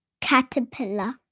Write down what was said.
caterpillar